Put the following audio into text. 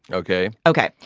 ok. ok.